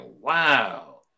Wow